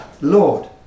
Lord